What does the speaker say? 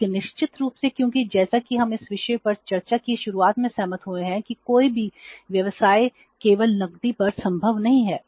लेकिन निश्चित रूप से क्योंकि जैसा कि हम इस विषय पर चर्चा की शुरुआत में सहमत हुए हैं कि कोई भी व्यवसाय केवल नकदी पर संभव नहीं है